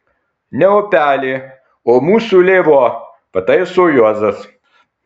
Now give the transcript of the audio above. ne upelė o mūsų lėvuo pataiso juozas